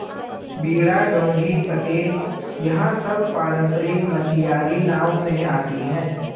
बेड़ा डोंगी पटेल यह सब पारम्परिक मछियारी नाव में आती हैं